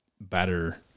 better